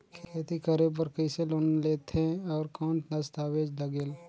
खेती करे बर कइसे लोन लेथे और कौन दस्तावेज लगेल?